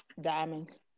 Diamonds